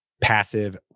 passive